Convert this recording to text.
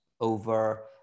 over